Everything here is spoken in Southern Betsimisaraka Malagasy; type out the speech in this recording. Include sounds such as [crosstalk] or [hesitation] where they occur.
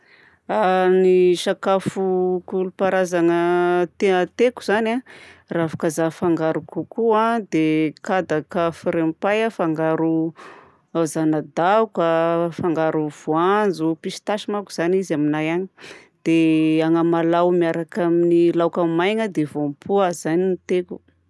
[hesitation] Ny sakafo kolom-paharazana tena tiako izany a ravi-kazà fangaro kokoho a, dia kadaka frempay a fangaro zana-daoka a fangaro voanjo pistache mako zany izy aminahy any dia anamalaho miaraka amin'ny laoka maina dia voampoa. Izany no tiako.